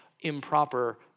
improper